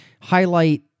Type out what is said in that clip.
highlight